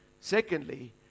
Secondly